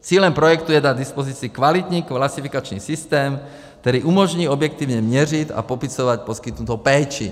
Cílem projektu je dát k dispozici kvalitní klasifikační systém, který umožní objektivně měřit a popisovat poskytnutou péči.